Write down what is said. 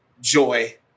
joy